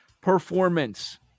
performance